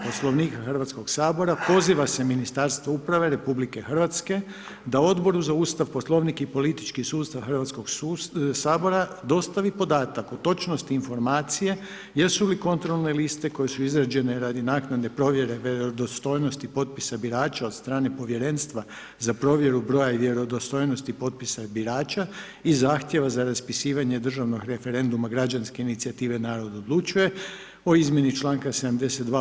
Poslovnika Hrvatskog sabora poziva se Ministarstvo uprave RH da Odboru za Ustav, Poslovnik i politički sustav Hrvatskog sabora dostavi podataka o točnosti informacije jesu li kontrolne liste koje su izrađene radi naknade provjere vjerodostojnosti potpisa birača od strane Povjerenstva za provjeru broja i vjerodostojnosti popisa birača i zahtjeva za raspisivanje državnog referenduma građanske inicijative „Narod odlučuje“ o izmjeni članka 72.